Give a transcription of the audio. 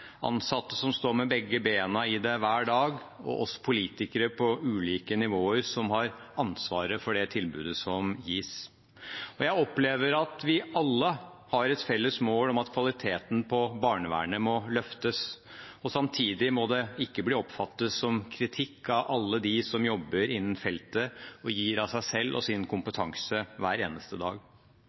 ansatte som står med begge bena i det hver dag, og oss politikere på ulike nivåer, som har ansvaret for det tilbudet som gis. Jeg opplever at vi alle har et felles mål om at kvaliteten på barnevernet må løftes. Samtidig må ikke det bli oppfattet som kritikk av alle dem som jobber innen feltet, og som gir av seg selv og sin kompetanse hver eneste dag.